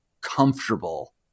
comfortable